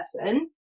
person